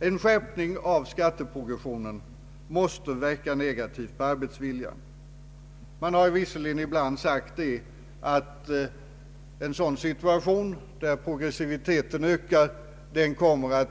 En skärpning av skatteprogressiviteten måste verka negativt på arbetsviljan. Man har visserligen ibland sagt att ökad skatteprogressivitet skulle komma att